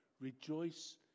rejoice